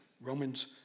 Romans